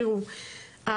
תראו,